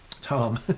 Tom